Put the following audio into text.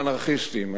האנרכיסטים,